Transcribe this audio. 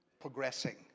Progressing